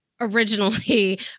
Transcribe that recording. originally